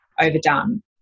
overdone